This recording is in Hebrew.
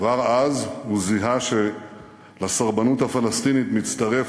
כבר אז הוא זיהה שלסרבנות הפלסטינית מצטרף